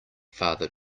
father